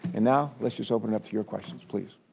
and now let's just open it up to your questions please.